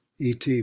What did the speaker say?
ET